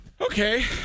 Okay